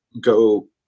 go